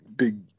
Big